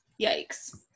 Yikes